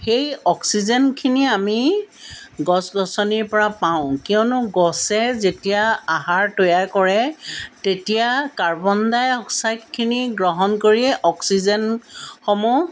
সেই অক্সিজেনখিনি আমি গছ গছনিৰপৰা পাওঁ কিয়নো গছে যেতিয়া আহাৰ তৈয়াৰ কৰে তেতিয়া কাৰ্বন ডাই অক্সাইডখিনি গ্ৰহণ কৰিয়ে অক্সিজেনসমূহ